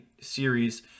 series